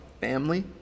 family